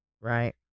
Right